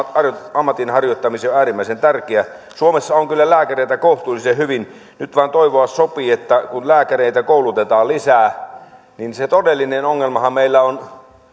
ammatin harjoittamiseen on äärimmäisen tärkeä suomessa on kyllä lääkäreitä kohtuullisen hyvin nyt vain toivoa sopii kun lääkäreitä koulutetaan lisää se todellinen ongelmahan meillä on